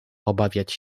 obawiać